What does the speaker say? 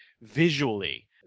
visually